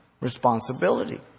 responsibility